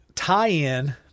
tie-in